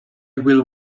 will